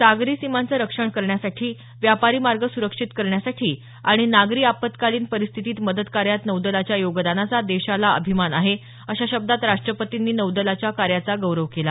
सागरी सीमांचं संरक्षण करण्यासाठी व्यापारी मार्ग सुरक्षित करण्यासाठी आणि नागरी आपत्कालीन परिस्थितीत मदतकार्यात नौदलाच्या योगदानाचा देशाला अभिमान आहे अशा शब्दांत राष्ट्रपतींनी नौदलाच्या कार्याचा गौरव केला